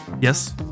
Yes